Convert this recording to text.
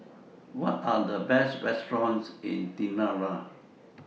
What Are The Best restaurants in Tirana